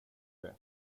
det